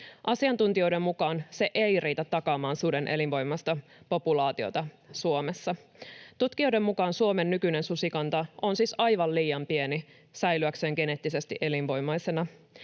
Asiantuntijoiden mukaan se ei riitä takaamaan suden elinvoimaista populaatiota Suomessa. Tutkijoiden mukaan Suomen nykyinen susikanta on siis aivan liian pieni säilyäkseen geneettisesti elinvoimaisena.